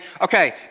okay